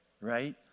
Right